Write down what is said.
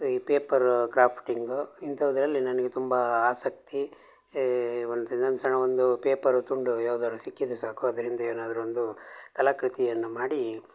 ಈ paper crafting ಇಂಥದ್ರಲ್ಲಿ ನನಗೆ ತುಂಬ ಆಸಕ್ತಿ ಒಂದು ಇನ್ನೊಂದು ಸಣ್ಣ ಒಂದು ಪೇಪರ್ ತುಂಡು ಯಾವ್ದಾದ್ರು ಸಿಕ್ಕಿದರೆ ಸಾಕು ಅದ್ರಿಂದ ಏನಾದ್ರೂ ಒಂದು ಕಲಾಕೃತಿಯನ್ನು ಮಾಡಿ